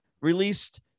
released